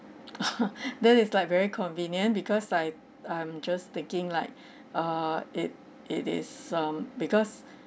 then is like very convenient because I I'm just taking like err it it is um because